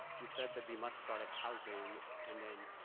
you said that we must start at housing and then,